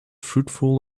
fruitful